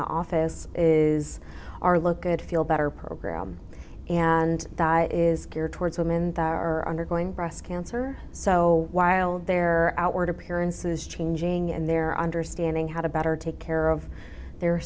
the office is our look at feel better program and that is geared towards women that are undergoing breast cancer so while their outward appearance is changing and they're understanding how to better take care of their